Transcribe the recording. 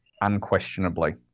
unquestionably